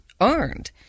earned